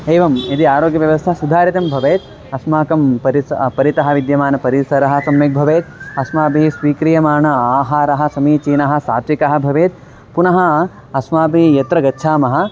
एवं यदि आरोग्यव्यवस्था सुधारितं भवेत् अस्माकं परिसरं परितः विद्यमानः परिसरः सम्यक् भवेत् अस्माभिः स्वीक्रियमाणः आहारः समीचीनः सात्विकः भवेत् पुनः अस्माभिः यत्र गच्छामः